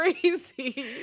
crazy